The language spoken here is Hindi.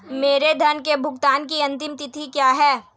मेरे ऋण के भुगतान की अंतिम तिथि क्या है?